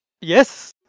Yes